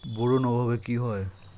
Boron অভাবে কি হয়?